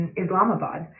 islamabad